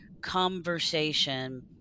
conversation